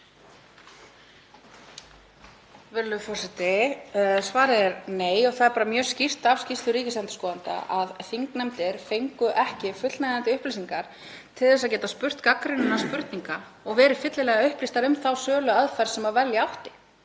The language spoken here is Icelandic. forseti. Svarið er nei og það er bara mjög skýrt í skýrslu ríkisendurskoðanda að þingnefndir fengu ekki fullnægjandi upplýsingar til að geta spurt gagnrýninna spurninga og verið fyllilega upplýstar um þá söluaðferð sem velja átti